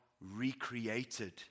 recreated